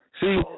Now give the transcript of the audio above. See